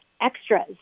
extras